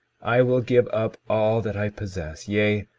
i will give up all that i possess, yea,